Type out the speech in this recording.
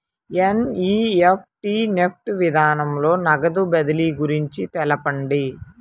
NEFT NEFT విధానంలో నగదు బదిలీ గురించి తెలుపండి?